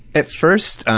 at first